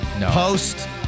Post